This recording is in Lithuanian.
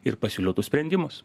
ir pasiūlytus sprendimus